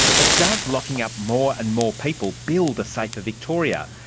but does locking up more and more people build a safer victoria?